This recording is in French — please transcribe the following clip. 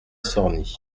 sorny